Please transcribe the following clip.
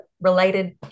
related